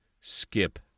skip